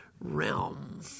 realm